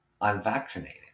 unvaccinated